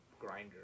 grinder